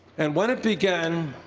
and when it began,